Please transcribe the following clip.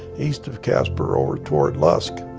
east of casper, over toward lusk,